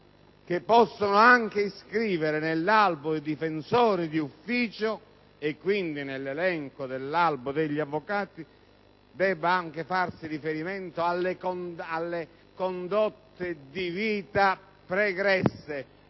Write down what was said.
che possono anche iscriversi nell'albo dei difensori d'ufficio, e quindi nell'elenco dell'albo degli avvocati, debba anche farsi riferimento alle condotte di vita pregresse: